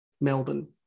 Melbourne